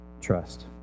trust